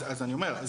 אז אני אומר,